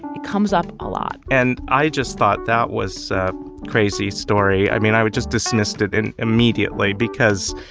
it comes up a lot and i just thought that was crazy story. i mean, i would just dismissed it and immediately because